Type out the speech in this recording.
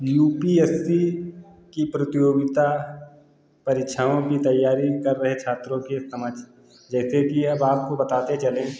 U P S C की प्रतियोगिता परीक्षाओं की तयारी कर रहे छात्रों के समक्ष जैसे कि अब आपको बताते चलें